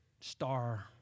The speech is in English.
star